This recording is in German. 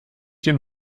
den